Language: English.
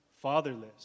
fatherless